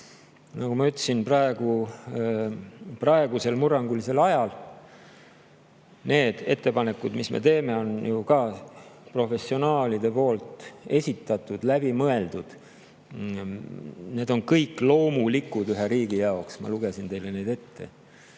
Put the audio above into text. Nagu ma ütlesin, praegusel murrangulisel ajal need ettepanekud, mis me teeme, on ju ka professionaalide poolt esitatud, läbi mõeldud. Need on kõik loomulikud ühe riigi jaoks. Ma lugesin teile need ette.[Mida